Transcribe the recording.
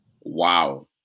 Wow